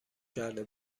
کرده